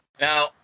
Now